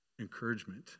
encouragement